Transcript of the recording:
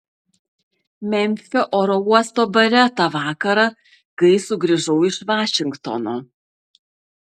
memfio oro uosto bare tą vakarą kai sugrįžau iš vašingtono